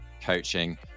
coaching